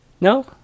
No